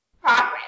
progress